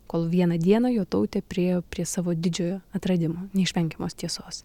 kol vieną dieną jotautė priėjo prie savo didžiojo atradimo neišvengiamos tiesos